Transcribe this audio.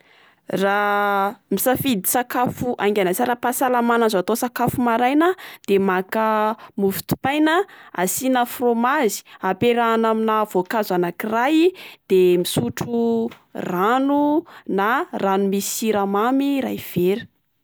Raha misafidy sakafo aingana sy ara-pahasalamana azo atao sakafo maraina de maka mofo dopaina asiana fromazy apiarahana amina voankazo anak'iray de misotro rano na rano misy siramamy iray vera.